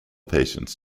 patients